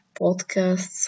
podcasts